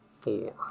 Four